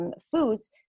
foods